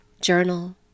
journal